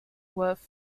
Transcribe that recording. worth